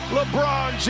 LeBron